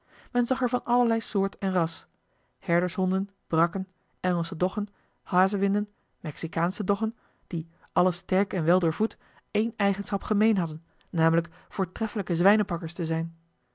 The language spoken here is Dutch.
men zag er van allerlei soort en ras herdershonden brakken engelsche doggen hazewinden mexicaansche doggen die alle sterk en weldoorvoed éene eigenschap gemeen hadden namelijk voortreffelijke zwijnepakkers te zijn